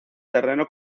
terreno